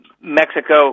Mexico